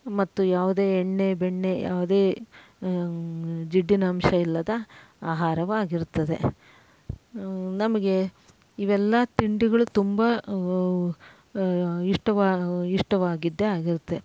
ಮತ್ತು ಯಾವುದೇ ಎಣ್ಣೆ ಬೆಣ್ಣೆ ಯಾವುದೇ ಜಿಡ್ಡಿನ ಅಂಶ ಇಲ್ಲದ ಆಹಾರವಾಗಿರುತ್ತದೆ ನಮಗೆ ಇವೆಲ್ಲ ತಿಂಡಿಗಳು ತುಂಬ ಇಷ್ಟವಾ ಇಷ್ಟವಾಗಿದ್ದೇ ಆಗಿರುತ್ತೆ